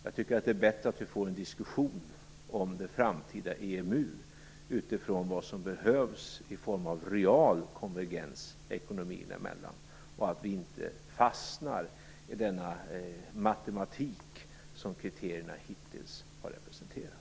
Jag tycker att det är bättre att vi får en diskussion om det framtida EMU utifrån vad som behövs i form av real konvergens ekonomierna emellan och att vi inte fastnar i den matematik som kriterierna hittills har representerat.